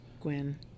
Gwen